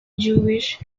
jewish